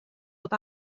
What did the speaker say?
dod